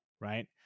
right